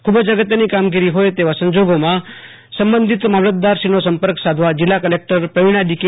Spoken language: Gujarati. ખુબ જ અગત્યની કામગીરી હોય તેવા સંજોગોમાં સબંધિત મામલતદારશ્રીનો સંપર્ક સાધવા જિલ્લા કલેકટરશ્રી પ્રવિણા ડીકે